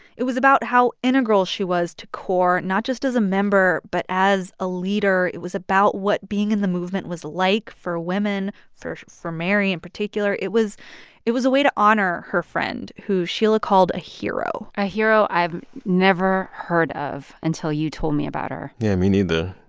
it was about how integral she was to core, not just as a member but as a leader. it was about what being in the movement was like for women, for for mary in particular. it was it was a way to honor her friend, friend, who sheila called a hero a hero i've never heard of until you told me about her yeah, me neither.